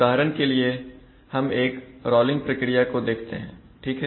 उदाहरण के लिए हम एक रॉलिंग प्रक्रिया को देखते हैं ठीक है